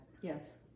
yes